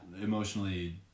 emotionally